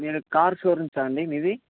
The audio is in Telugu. మీరు కార్ షోరూంసా అండి మీది